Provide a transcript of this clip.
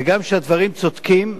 וגם כשהדברים צודקים,